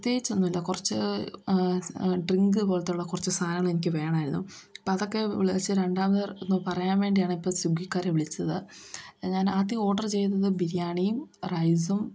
പ്രത്യേകിച്ചൊന്നുമില്ല കുറച്ച് ഡ്രിങ്ക് പോലത്തുള്ള കുറച്ച് സാധനങ്ങളെനിക്ക് വേണാമായിരുന്നു അപ്പോൾ അതൊക്കെ വിളിച്ച് രണ്ടാമതൊന്നു പറയാൻവേണ്ടിയാണ് ഇപ്പോൾ സ്വിഗ്ഗിക്കാരെ വിളിച്ചത് ഞാനാദ്യം ഓർഡർ ചെയ്തത് ബിരിയാണിയും റൈസും